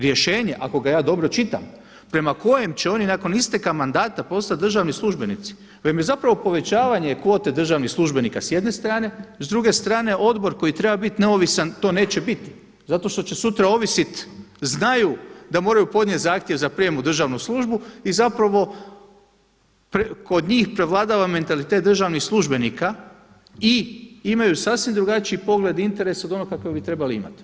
Rješenje, ako ga ja dobro čitam, prema kojem će oni nakon isteka mandata postati državni službenici vam je zapravo povećavanje kvote državnih službenika s jedne strane, s druge strane odbor koji treba biti neovisan to neće biti, zato što će sutra ovisiti, znaju da moraju podnijeti zahtjev za prijem u državnu službi i kod njih prevladava mentalitet državnih službenika i imaju sasvim drugačiji pogled i interes od onoga kakav bi trebali imati.